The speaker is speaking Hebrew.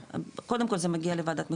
קודם כל זה מגיע לוועדה המחוזית,